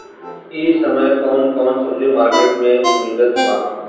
इह समय कउन कउन सब्जी मर्केट में मिलत बा?